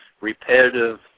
repetitive